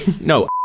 No